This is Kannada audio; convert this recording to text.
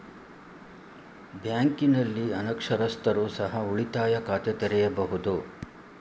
ಬ್ಯಾಂಕಿನಲ್ಲಿ ಅನಕ್ಷರಸ್ಥರು ಸಹ ಉಳಿತಾಯ ಖಾತೆ ತೆರೆಯಬಹುದು?